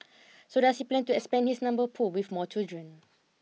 so does he plan to expand his number pool with more children